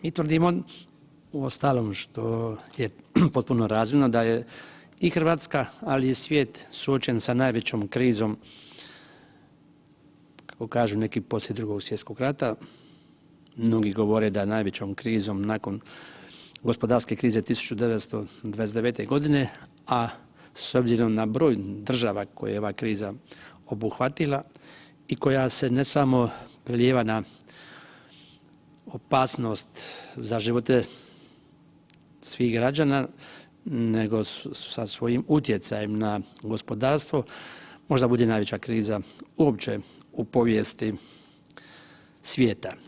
Mi tvrdimo uostalom, što je potpuno razvidno da je i Hrvatska, ali i svijet suočen sa najvećom krizom kako kažu neki poslije II. svj. rata, mnogi govore da najvećom krizom nakon gospodarske krize 1929. g., a s obzirom na broj država koje je ova kriza obuhvatila i koja se ne samo, prelijeva na opasnost za živote svih građana, nego sa svojim utjecajem na gospodarstvo možda bude najveća kriza uopće u povijesti svijeta.